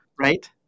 right